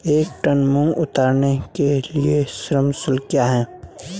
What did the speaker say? एक टन मूंग उतारने के लिए श्रम शुल्क क्या है?